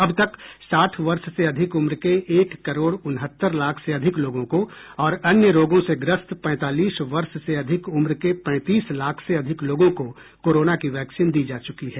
अब तक साठ वर्ष से अधिक उम्र के एक करोड़ उनहत्तर लाख से अधिक लोगों को और अन्य रोगों से ग्रस्त पैंतालीस वर्ष से अधिक उम्र के पैंतीस लाख से अधिक लोगों को कोरोना की वैक्सीन दी जा चुकी है